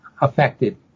affected